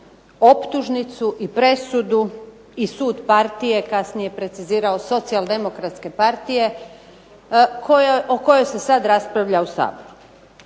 optužnicu i presudu i sud partije, kasnije precizirao Socijaldemokratske partije o kojoj se sad raspravlja u Saboru.